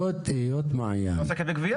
היא לא עוסקת בגבייה.